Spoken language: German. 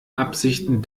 absichten